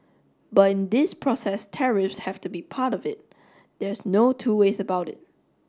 but in this process tariffs have to be part of it there's no two ways about it